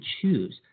choose